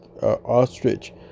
Ostrich